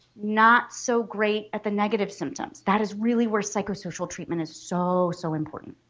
not so great at the negative symptoms. that is really where psychosocial treatment is so so important.